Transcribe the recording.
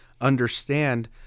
understand